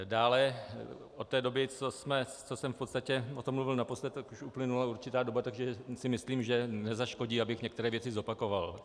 Dále od té doby, co jsem v podstatě o tom mluvil naposled, už uplynula určitá doba, takže si myslím, že nezaškodí, abych některé věci zopakoval.